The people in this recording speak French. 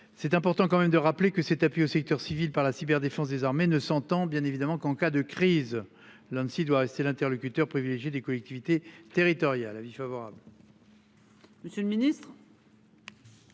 C'est important quand même de rappeler que cet appui au secteur civil par la cyber défense désormais ne s'entend bien évidemment qu'en cas de crise. L'Inde s'il doit rester l'interlocuteur privilégié des collectivités territoriales, avis favorable.